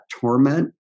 torment